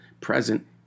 present